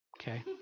Okay